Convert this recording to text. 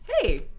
hey